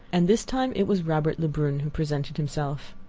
and this time it was robert lebrun who presented himself.